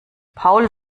paul